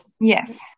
Yes